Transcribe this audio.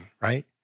right